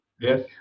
Yes